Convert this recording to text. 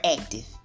active